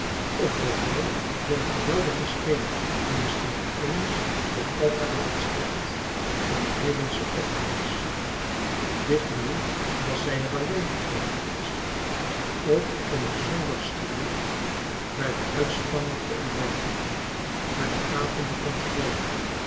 of voorbij den geweldigen steen die misschien eens tot altaar had gestrekt van heidensche offeraars ditmaal was zij er alléén op uit geweest ook om het zondagsgewoel bij de uitspanning te ontwijken maar de avond begon te vallen